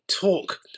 talk